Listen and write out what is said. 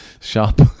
shop